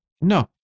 No